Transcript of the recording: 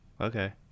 okay